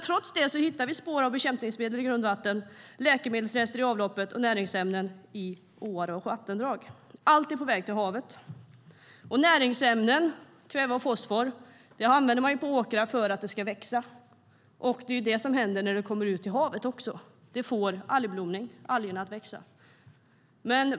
Trots det hittar vi spår av bekämpningsmedel i grundvattnet, läkemedelsrester i avloppet och näringsämnen i åar och vattendrag. Allt är på väg till havet. Näringsämnen som kväve och fosfor används på åkrar för att det ska växa, och det är det som händer även när det kommer ut i havet - det får algerna att växa, och vi får algblomning.